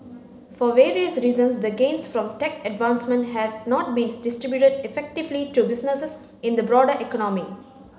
for various reasons the gains from tech advancement have not been distributed effectively to businesses in the broader economy